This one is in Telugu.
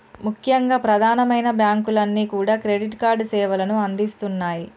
ముఖ్యంగా ప్రధానమైన బ్యాంకులన్నీ కూడా క్రెడిట్ కార్డు సేవలను అందిస్తున్నాయి